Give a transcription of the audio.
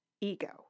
Ego